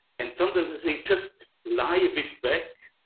and sometimes i think, just lie a bit back,